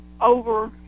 over